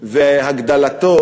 והגדלתו